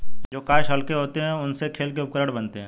जो काष्ठ हल्के होते हैं, उनसे खेल के उपकरण बनते हैं